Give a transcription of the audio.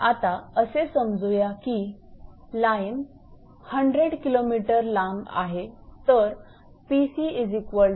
आता असे समजूया की लाईन 100 𝑘𝑚 लांब आहे तर 𝑃𝑐5